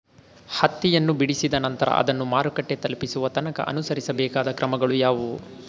ಹತ್ತಿಯನ್ನು ಬಿಡಿಸಿದ ನಂತರ ಅದನ್ನು ಮಾರುಕಟ್ಟೆ ತಲುಪಿಸುವ ತನಕ ಅನುಸರಿಸಬೇಕಾದ ಕ್ರಮಗಳು ಯಾವುವು?